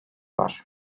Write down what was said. var